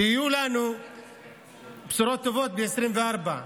שיהיו לנו בשורות טובות ל-2024.